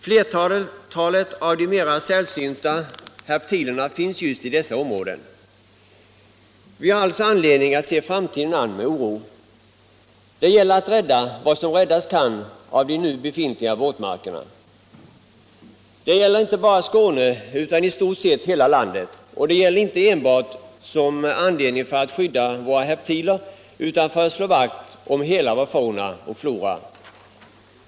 Flertalet av de mera sällsynta herptilerna finns just i dessa områden. Vi har alltså anledning att se framtiden an med oro. Det gäller att rädda vad som räddas kan av de nu befintliga våtmarkerna, inte bara i Skåne utan i stort sett hela landet. Det gäller att rädda dem inte enbart för att skydda våra herptiler utan för att slå vakt om hela vår fauna och flora.